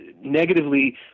negatively